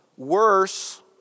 Worse